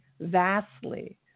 vastly